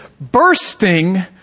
bursting